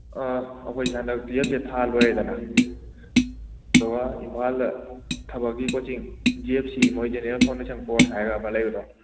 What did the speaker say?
ꯑꯩꯈꯣꯏꯁꯦ ꯍꯟꯗꯛ ꯇꯨ꯭ꯋꯦꯜꯐꯁꯦ ꯊꯥ ꯂꯣꯏꯔꯦꯗꯅ ꯑꯗꯨꯒ ꯏꯝꯐꯥꯜꯗ ꯊꯕꯛꯀꯤ ꯀꯣꯆꯤꯡ ꯖꯦ ꯑꯦꯐ ꯁꯤ ꯃꯣꯏ ꯖꯦꯅꯔꯦꯜ ꯐꯥꯎꯟꯗꯦꯁꯟ ꯀꯣꯔꯁ ꯍꯥꯏꯔꯒ ꯑꯃ ꯂꯩꯕꯗꯣ